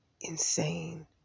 insane